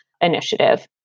initiative